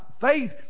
faith